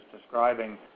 describing